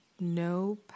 no